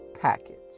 package